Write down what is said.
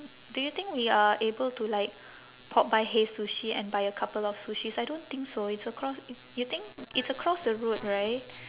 do you think we are able to like pop by hei sushi and buy a couple of sushis I don't think so it's acro~ you think it's across the road right